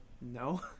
no